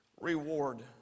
reward